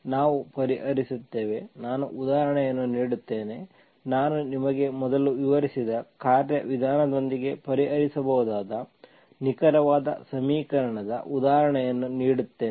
ನಾವು ಪರಿಹರಿಸುತ್ತೇವೆ ನಾನು ಉದಾಹರಣೆಯನ್ನು ನೀಡುತ್ತೇನೆ ನಾನು ನಿಮಗೆ ಮೊದಲು ವಿವರಿಸಿದ ಕಾರ್ಯವಿಧಾನದೊಂದಿಗೆ ಪರಿಹರಿಸಬಹುದಾದ ನಿಖರವಾದ ಸಮೀಕರಣದ ಉದಾಹರಣೆಯನ್ನು ನೀಡುತ್ತೇನೆ